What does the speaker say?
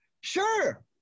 Sure